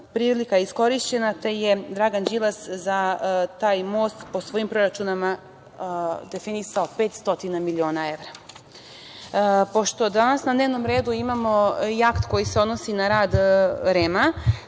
Prilika je iskorišćena, te je Dragan Đilas za taj most, po svojim proračunima, definisao 500 miliona evra. Pošto danas na dnevnom redu imamo i akt koji se odnosi na rad REM-a,